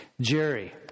Jerry